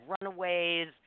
runaways